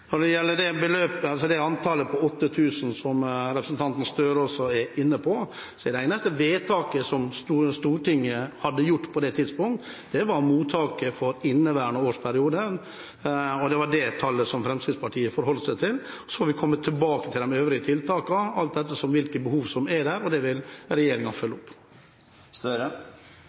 Når det gjelder antallet på 8 000, som representanten Gahr Støre også er inne på: Det eneste vedtaket som Stortinget hadde gjort på det tidspunktet, var mottaket for inneværende års periode, og det var det tallet som Fremskrittspartiet forholdt seg til. Så vil vi komme tilbake til de øvrige tiltakene, alt etter hvilke behov som er der, og det vil regjeringen følge